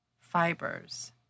fibers